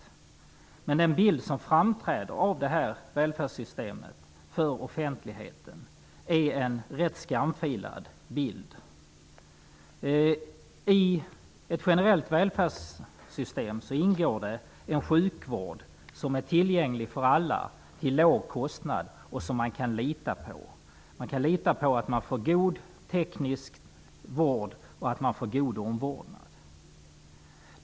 Men den bild av detta välfärdssystem som framträder för offentligheten är rätt skamfilad. I ett generellt välfärdssystem ingår det en sjukvård som är tillgänglig för alla till låg kostnad och som man kan lita på. Man kan lita på att man får god teknisk vård och att man får god omvårdnad.